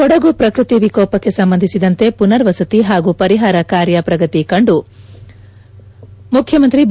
ಕೊಡಗು ಪ್ರಕೃತಿ ವಿಕೋಪಕ್ಕೆ ಸಂಬಂಧಿಸಿದಂತೆ ಪುನರ್ವಸತಿ ಹಾಗೂ ಪರಿಹಾರ ಕಾರ್ಯ ಪ್ರಗತಿ ಕುರಿತು ಮುಖ್ಯಮಂತ್ರಿ ಬಿ